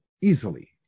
easily